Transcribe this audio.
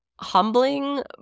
humbling